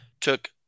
took